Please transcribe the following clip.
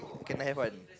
you can have one